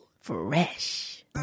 Fresh